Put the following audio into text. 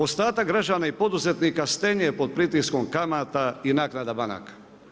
Ostatak građana i poduzetnika stenje pod pritiskom kamata i naknada banaka.